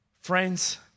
Friends